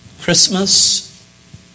Christmas